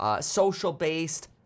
social-based